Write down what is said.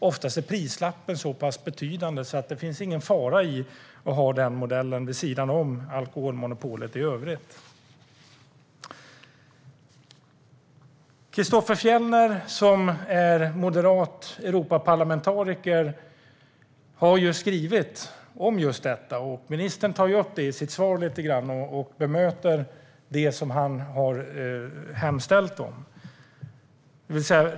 Oftast är prislappen så pass betydande att det inte finns någon fara i att ha den modellen vid sidan om alkoholmonopolet i övrigt. Christofer Fjellner, som är moderat Europaparlamentariker, har skrivit om just detta. Ministern tar upp det i sitt svar lite grann och bemöter det som han har hemställt om.